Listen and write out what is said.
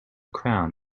crown